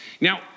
Now